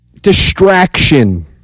Distraction